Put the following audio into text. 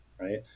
right